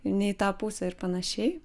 ne į tą pusę ir panašiai